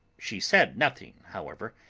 she said nothing, however,